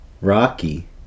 Rocky